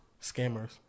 Scammers